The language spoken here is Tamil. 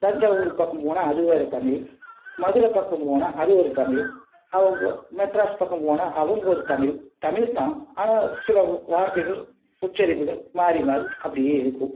தஞ்சாவூர் பக்கம் போனால் அது வேறு தமிழ் மதுரை பக்கம் போனால் அது ஒரு தமிழ் மெட்ராஸ் பக்கம் போனால் அவங்க ஒரு தமிழ் தமிழ் தான் ஆனால் சில வார்த்தைகள் உச்சரிப்புகள் மாறி மாறி அப்படியே இருக்கும்